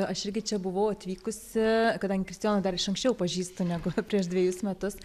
aš irgi čia buvau atvykusi kadangi kristijoną dar iš anksčiau pažįstu negu prieš dvejus metus